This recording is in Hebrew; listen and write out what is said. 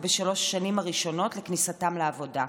בשלוש השנים הראשונות לכניסתם לעבודה.